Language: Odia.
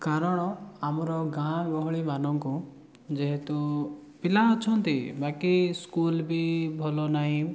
କାରଣ ଆମର ଗାଁ ଗହଳିମାନଙ୍କୁ ଯେହେତୁ ପିଲା ଅଛନ୍ତି ବାକି ସ୍କୁଲ୍ ବି ଭଲ ନାଇଁ